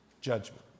judgment